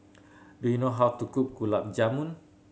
do you know how to cook Gulab Jamun